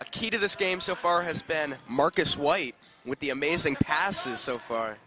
pass key to this game so far has been marcus white with the amazing passes so far